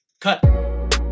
cut